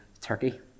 turkey